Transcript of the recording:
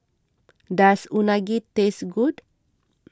does Unagi taste good